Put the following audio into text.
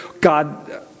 God